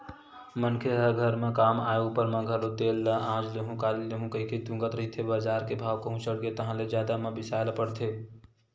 मनखे ह घर म काम आय ऊपर म घलो तेल ल आज लुहूँ काली लुहूँ कहिके तुंगत रहिथे बजार के भाव कहूं चढ़गे ताहले जादा म बिसाय ल परथे